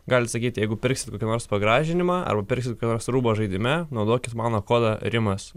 galit sakyt jeigu pirksit kokį nors pagražinimą arba pirksit kokį nors rūbą žaidime naudokit mano kodą rimas